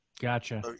gotcha